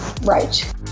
Right